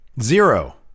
Zero